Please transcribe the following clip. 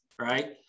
right